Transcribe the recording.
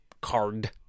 card